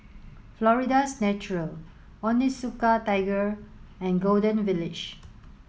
Florida's Natural Onitsuka Tiger and Golden Village